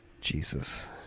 Jesus